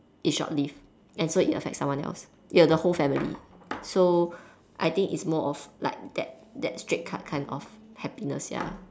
is short lived and so it affects someone else ya the whole family so I think it's more of like that that straight cut kind of happiness ya